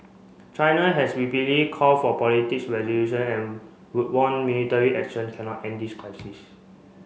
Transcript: China has repeatedly call for politics resolution and warned military action cannot end this crisis